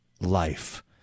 life